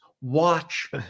Watch